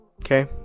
Okay